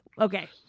okay